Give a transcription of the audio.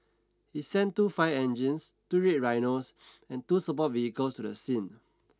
it sent two fire engines two red rhinos and two support vehicles to the scene